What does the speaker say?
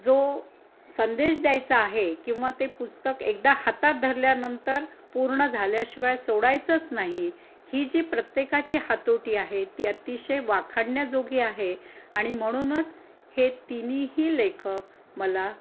जो संदेश द्यायचा आहे किंवा ते पुस्तक एकदा हातात धरल्यानंतर पूर्ण झाल्याशिवाय सोडायचच नाही ही जी प्रत्येकाची हातोटी आहे ती अतिशय वाखाणण्याजोगी आहे आणि म्हणूनच हे तिन्हीही लेखक मला